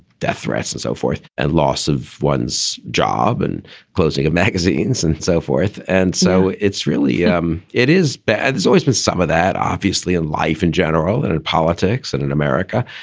death threats and so forth and loss of one's job and closing of magazines and so forth. and so it's really um it is bad. there's always been some of that, obviously, in life in general and in politics and in america.